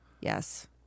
Yes